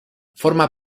forma